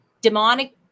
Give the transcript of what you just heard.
Demonic